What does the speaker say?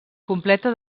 completa